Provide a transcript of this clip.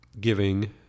giving